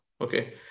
Okay